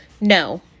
no